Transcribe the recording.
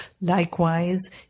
Likewise